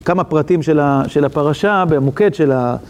כמה פרטים של הפרשה במוקד של ה...